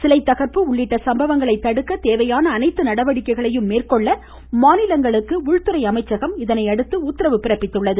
சிலை தகர்ப்பு உள்ளிட்ட சம்பவங்களை தடுக்க தேவையான அனைத்து நடவடிக்கைகளையும் மேற்கொள்ள மாநிலங்களுக்கு உள்துறை அமைச்சகம் உத்தரவு பிறப்பித்துள்ளது